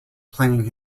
playing